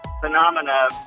phenomena